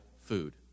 food